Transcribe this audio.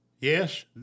yes